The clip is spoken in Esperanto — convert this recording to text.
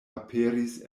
aperis